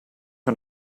van